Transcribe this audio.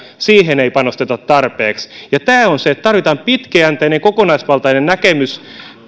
ei panosteta tarpeeksi tarvitaan pitkäjänteinen kokonaisvaltainen näkemys